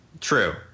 True